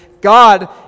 God